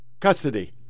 custody